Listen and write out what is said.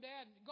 dad